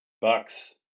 Bucks